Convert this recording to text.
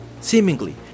seemingly